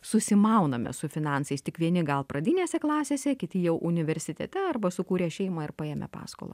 susimauname su finansais tik vieni gal pradinėse klasėse kiti jau universitete arba sukūrę šeimą ir paėmę paskolą